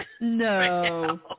No